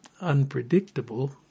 unpredictable